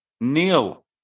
Neil